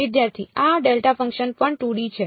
વિદ્યાર્થી આ delta function પણ 2D છે